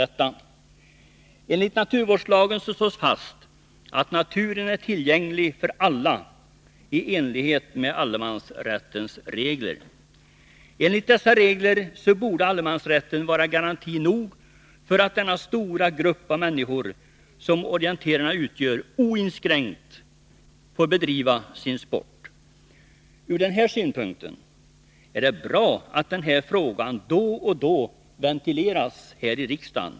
I naturvårdslagen slås fast att naturen är tillgänglig för alla i enlighet med allemansrättsreglerna. Enligt dessa regler borde allemansrätten vara garanti nog för att den stora grupp människor som orienterarna utgör skall oinskränkt få bedriva sin sport. Ur denna synpunkt är det bra att den här frågan då och då ventileras här i kammaren.